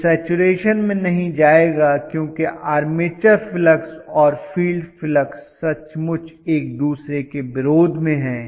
यह सैचरेशन में नहीं जाएगा क्योंकि आर्मेचर फ्लक्स और फील्ड फ्लक्स सचमुच एक दूसरे के विरोध में हैं